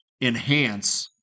enhance